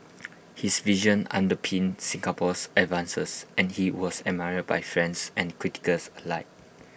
his vision underpinned Singapore's advances and he was admired by friends and critics alike